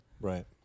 Right